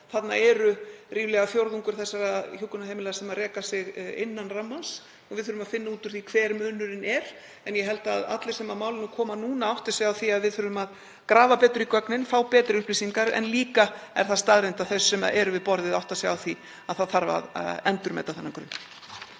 þarna er ríflega fjórðungur þessara hjúkrunarheimila sem rekur sig innan rammans og við þurfum að finna út úr því hver munurinn er. Ég held að allir sem að málinu koma núna átti sig á því að við þurfum að grafa betur í gögnin, fá betri upplýsingar, en líka er það staðreynd að þeir sem eru við borðið átta sig á því að það þarf að endurmeta þennan grunn.